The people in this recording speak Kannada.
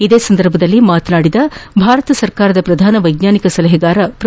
ಇದೇ ಸಂದರ್ಭದಲ್ಲಿ ಮಾತನಾದಿದ ಭಾರತ ಸರ್ಕಾರದ ಪ್ರಧಾನ ವೈಜ್ಞಾನಿಕ ಸಲಹೆಗಾರ ಪ್ರೋ